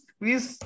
please